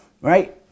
right